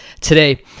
today